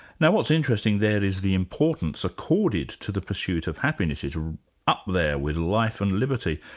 now what's interesting there is the importance accorded to the pursuit of happiness, it's up there with life and liberty.